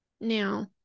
Now